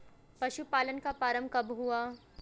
पशुपालन का प्रारंभ कब हुआ?